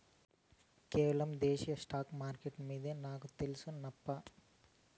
కేవలం దేశీయ స్టాక్స్ మార్కెట్లు మిందే నాకు తెల్సు నప్పా